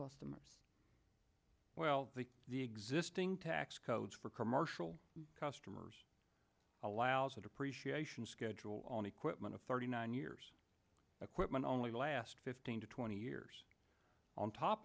customers well the existing tax codes for commercial customers allows a depreciation schedule on equipment of thirty nine years a quick one only last fifteen to twenty years on top